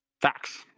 Facts